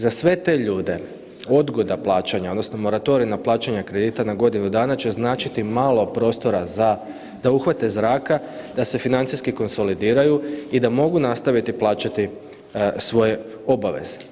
Za sve te ljude, odgoda plaćanja, odnosno moratorij na plaćanje kredita na godinu dana će značiti malo prostora za, da uhvate zraka, da se financijski konsolidiraju i da mogu nastaviti plaćati svoje obaveze.